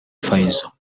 fayzo